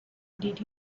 did